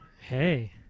Hey